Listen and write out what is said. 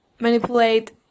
manipulate